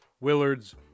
Willard's